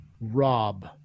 Rob